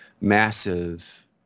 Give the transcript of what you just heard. massive